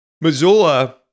Missoula